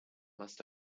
must